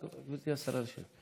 גברתי השרה, את יכולה לשבת.